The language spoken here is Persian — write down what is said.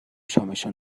شامشو